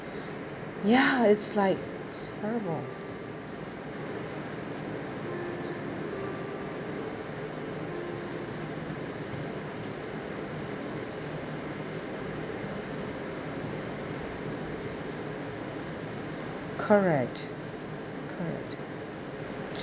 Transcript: ya it's like terrible correct correct